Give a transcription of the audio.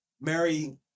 Mary